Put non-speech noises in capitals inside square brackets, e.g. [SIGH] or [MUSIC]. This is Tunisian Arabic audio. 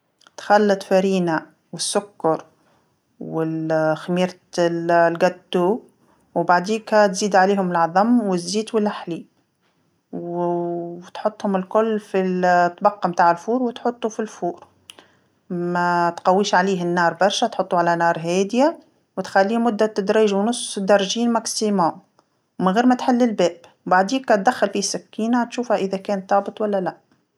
تخلط فرينه والسكر و [HESITATION] خميرة ال- الحلويات وبعديكا تزيد عليهم العظم والزيت والحليب، و- وتحطهم الكل في ال- الطبق متاع الفور وتحطو في الفور، ماتقويش عليه النار برشا تحطو على نار هاديه وتخليه مدة دريج ونص درجين على الأكثر، من غير ما تحل الباب، بعديكا دخل فيه سكينه تشوفها إذا كانت طابت ولا لأ.